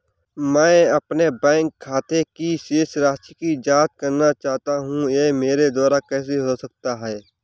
मैं अपने बैंक खाते की शेष राशि की जाँच करना चाहता हूँ यह मेरे द्वारा कैसे हो सकता है?